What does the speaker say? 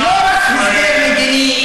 ולא תהיה מדינה פלסטינית